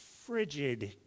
frigid